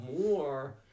more